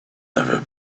never